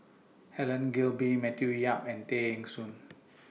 Helen Gilbey Matthew Yap and Tay Eng Soon